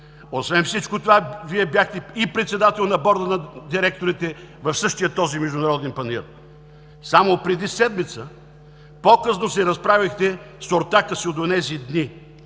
Освен всичко това, Вие бяхте и председател на Борда на директорите в същия този Международен панаир. Само преди седмица показно се разправихте с ортака си от онези дни